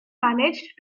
managed